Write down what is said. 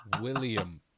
William